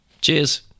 Cheers